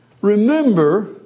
Remember